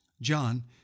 John